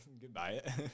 Goodbye